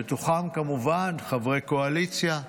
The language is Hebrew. בתוכם כמובן חברי קואליציה,